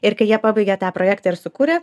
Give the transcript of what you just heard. ir kai jie pabaigė tą projektą ir sukūrė